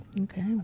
Okay